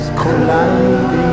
colliding